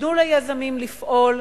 תנו ליזמים לפעול,